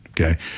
Okay